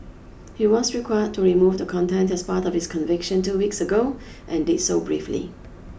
he was required to remove the content as part of his conviction two weeks ago and did so briefly